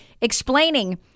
explaining